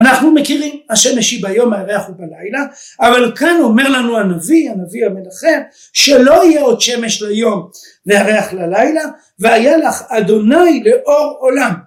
אנחנו מכירים השמש היא ביום והירח הוא בלילה, אבל כאן אומר לנו הנביא, הנביא המנחם, שלא יהיה עוד שמש ליום וירח ללילה: "והיה לך אדוני לאור עולם"